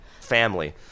family